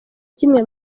kimwe